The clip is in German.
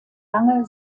lange